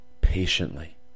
patiently